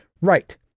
Right